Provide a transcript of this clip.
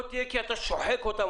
לא תהיה כי אתה שוחק אותם,